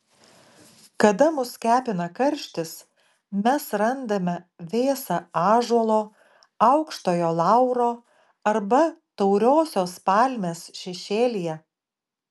kada mus kepina karštis mes randame vėsą ąžuolo aukštojo lauro arba tauriosios palmės šešėlyje